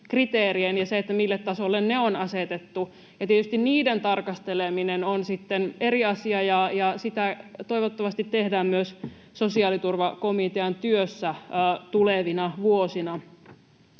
ja se, mille tasolle ne on asetettu, ja tietysti niiden tarkasteleminen on sitten eri asia, ja sitä toivottavasti tehdään myös sosiaaliturvakomitean työssä tulevina vuosina.